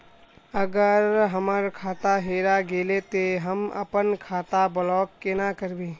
अगर हमर खाता हेरा गेले ते हम अपन खाता ब्लॉक केना करबे?